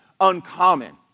uncommon